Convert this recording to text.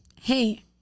Hey